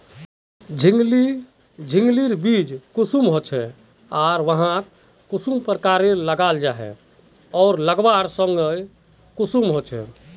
झिंगली झिंग लिर बीज कुंसम होचे आर वाहक कुंसम प्रकारेर लगा जाहा आर लगवार संगकर कुंसम होचे?